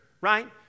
right